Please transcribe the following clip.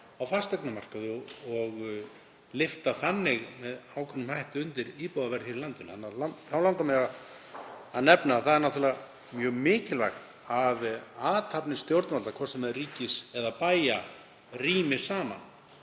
á fasteignamarkaði og lyfta þannig með ákveðnum hætti undir íbúðaverð í landinu. Þá langar mig að nefna að það er náttúrlega mjög mikilvægt að athafnir stjórnvalda, hvort sem er ríkis eða bæja, rími saman.